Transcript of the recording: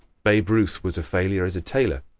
babe ruth was a failure as a tailor.